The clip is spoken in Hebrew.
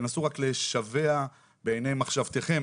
תנסו רק לשוות בעיני רוחכם